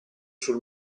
sul